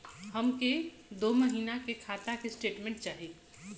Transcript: हमके दो महीना के खाता के स्टेटमेंट चाही?